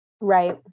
Right